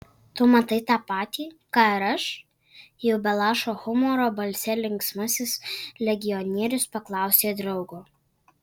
tu matai tą patį ką ir aš jau be lašo humoro balse linksmasis legionierius paklausė draugo